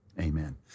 Amen